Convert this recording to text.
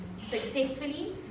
successfully